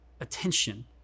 attention